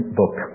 book